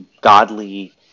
godly